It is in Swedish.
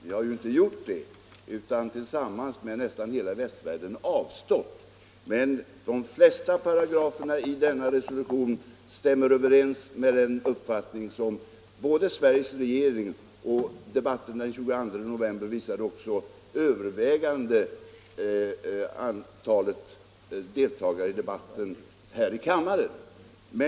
Men vi har inte gjort det utan tillsammans med nästan hela västvärlden i övrigt avstått från att rösta. De flesta paragraferna i resolutionen stämmer överens med den uppfattning som omfattas både av Sveriges regering och av det övervägande antalet deltagare i debatten här i kammaren den 22 november.